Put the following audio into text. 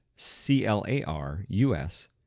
C-L-A-R-U-S